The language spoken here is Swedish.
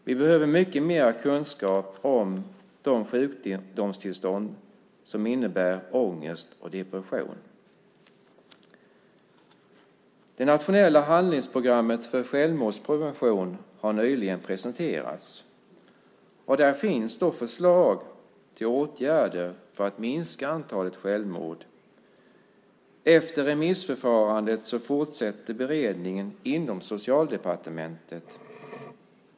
Vi behöver mycket mer kunskap om de sjukdomstillstånd som innebär ångest och depression. Det nationella handlingsprogrammet för självmordsprevention har nyligen presenterats. Där finns förslag till åtgärder för att minska antalet självmord. Efter remissförfarandet fortsätter beredningen inom Socialdepartementet.